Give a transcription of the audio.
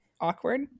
awkward